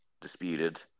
disputed